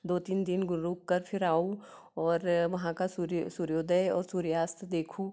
दो तीन दिन को रुककर फिर आऊँ और वहाँ का सूर्य सूर्योदय और सूर्यास्त देखूँ